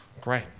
Great